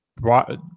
brought